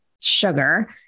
sugar